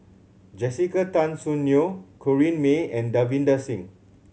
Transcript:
Jessica Tan Soon Neo Corrinne May and Davinder Singh